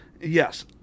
yes